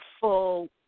full